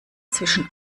zwischen